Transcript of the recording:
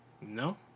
No